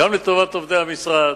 גם לטובת עובדי המשרד